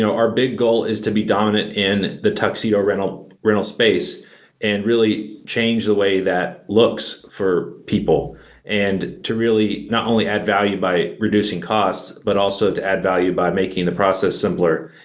our big goal is to be dominant in the tuxedo rental rental space and really change the way that looks for people and to really not only add value by reducing costs, but also to add value by making the process simpler.